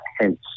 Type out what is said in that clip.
Hence